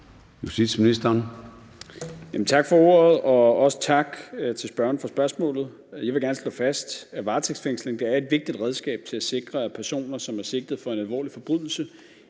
Tak for ordet, og også tak til spørgeren for spørgsmålet. Jeg vil gerne slå fast, at varetægtsfængsling er et vigtigt redskab til at sikre, at personer, som er sigtet for en alvorlig forbrydelse,